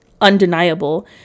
undeniable